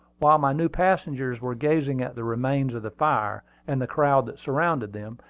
while my new passengers were gazing at the remains of the fire and the crowd that surrounded them,